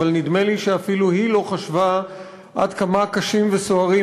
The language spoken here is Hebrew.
אבל נדמה לי שאפילו היא לא חשבה עד כמה קשים וסוערים